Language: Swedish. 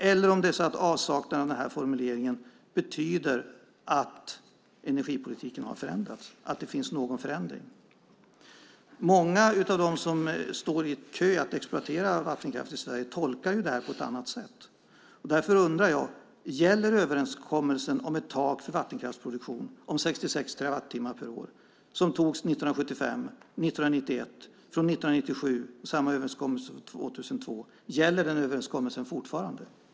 Eller betyder avsaknaden av den här formuleringen att det finns någon förändring i energipolitiken? Många av dem som står i kö för att exploatera vattenkraft i Sverige tolkar ju detta på ett annat sätt. Därför undrar jag: Gäller överenskommelsen om ett tak för vattenkraftsproduktion på 66 terawattimmar per år som antogs 1975, 1991, 1997 och 2002? Gäller den överenskommelsen fortfarande?